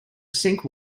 sink